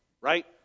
Right